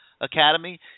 Academy